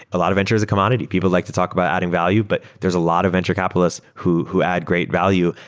a lot of ventures are commodity. people like to talk about adding value, but there're a lot of venture capitalists who who add great value.